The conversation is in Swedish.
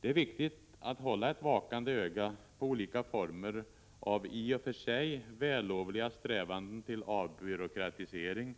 Det är viktigt att hålla ett vakande öga på olika former av i och för sig vällovliga strävanden till avbyråkratisering